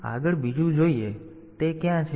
તેથી આગળ બીજું જુઓ તો તે ક્યાં છે